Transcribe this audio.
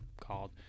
called